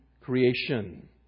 creation